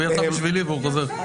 הוא יצא בשבילי והוא חוזר.